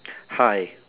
hi